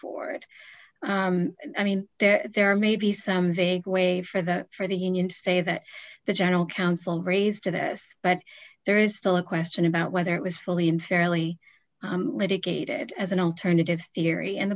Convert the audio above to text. board i mean there there may be some vague way for the for the union say that the general counsel raised to this but there is still a question about whether it was fully unfairly litigated as an alternative theory and